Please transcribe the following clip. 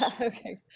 Okay